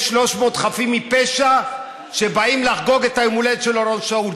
300 חפים מפשע שבאים לחגוג את יום ההולדת של אורון שאול.